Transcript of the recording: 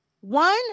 one